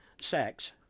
sex